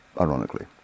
ironically